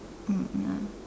mm ya